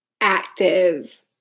active